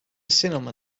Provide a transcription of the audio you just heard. cinema